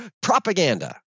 propaganda